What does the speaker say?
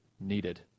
needed